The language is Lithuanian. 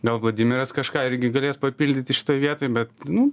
gal vladimiras kažką irgi galės papildyti šitoj vietoj bet nu